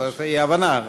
זאת הייתה אי-הבנה.